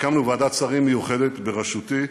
הקמנו ועדת שרים מיוחדת, בראשותי,